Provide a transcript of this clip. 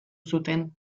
zuten